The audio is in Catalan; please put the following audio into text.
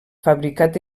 fabricat